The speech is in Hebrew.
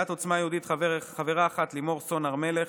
סיעת עוצמה יהודית, חברה אחת: לימור סון הר מלך,